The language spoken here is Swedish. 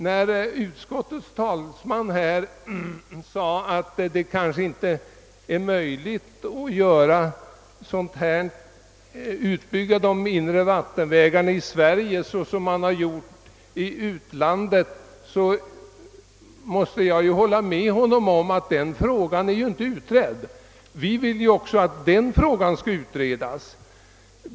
» Utskottets talesman framhöll att det kanske inte är möjligt att bygga ut de inre vattenvägarna i Sverige på samma sätt som i utlandet, och jag måste hålla med honom om att frågan ännu inte är tillräckligt utredd. Vi önskar emellertid att den skall bli det.